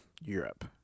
Europe